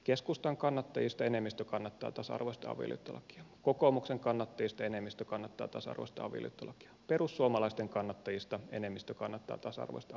keskustan kannattajista enemmistö kannattaa tasa arvoista avio liittolakia kokoomuksen kannattajista enemmistö kannattaa tasa arvoista avioliittolakia perussuomalaisten kannattajista enemmistö kannattaa tasa arvoista avioliittolakia